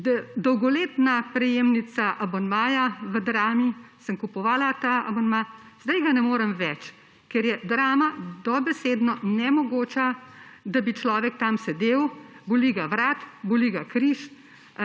dolgoletna prejemnica abonmaja v Drami, sem kupovala ta abonma, sedaj ga ne morem več, ker je Drama dobesedno nemogoča, da bi človek tam sedel, boli ga vrat, boli ga križ,